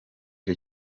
cyo